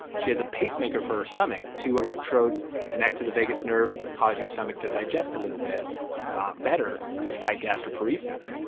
she has a pacemaker for her stomach. two electrodes connecting the vagus nerve, cause your stomach to digest a little bit better to fight gastroparesis.